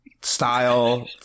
style